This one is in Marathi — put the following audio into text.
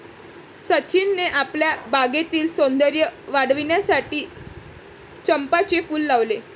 सचिनने आपल्या बागेतील सौंदर्य वाढविण्यासाठी चंपाचे फूल लावले